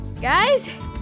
Guys